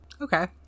okay